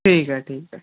ٹھیک ہے ٹھیک ہے